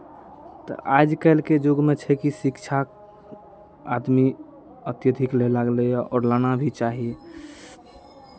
तऽ आजकलके युगमे छै कि शिक्षा आदमी अत्यधिक लए लागलैए आओर लेना भी चाही